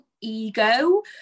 Ego